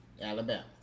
Alabama